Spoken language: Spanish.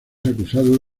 acusado